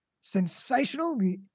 sensational